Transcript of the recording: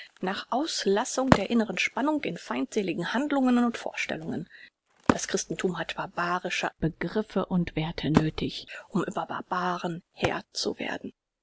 nach auslassung der inneren spannung in feindseligen handlungen und vorstellungen das christenthum hatte barbarische begriffe und werthe nöthig um über barbaren herr zu werden